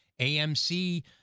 AMC